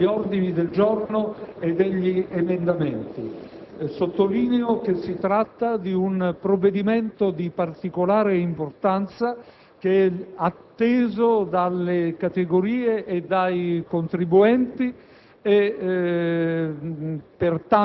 in occasione dell'illustrazione degli ordini del giorno e degli emendamenti. Sottolineo che si tratta di un provvedimento di particolare importanza, atteso dalle categorie e dai contribuenti.